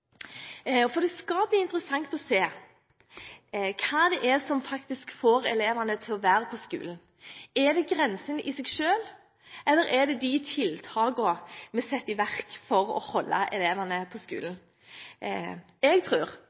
rigid grense. Det skal bli interessant å se hva det er som faktisk får elevene til å være på skolen. Er det grensen i seg selv, eller er det de tiltakene vi setter i verk for å holde elevene på skolen? Jeg